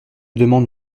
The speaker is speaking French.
demande